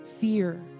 fear